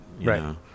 Right